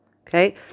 Okay